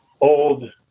old